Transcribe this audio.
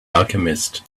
alchemist